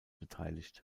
beteiligt